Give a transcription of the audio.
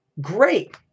great